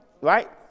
Right